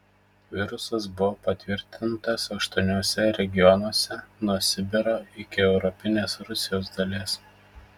virusas buvo patvirtintas aštuoniuose regionuose nuo sibiro iki europinės rusijos dalies